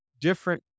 different